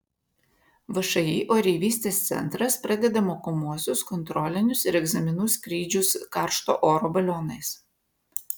všį oreivystės centras pradeda mokomuosius kontrolinius ir egzaminų skrydžius karšto oro balionais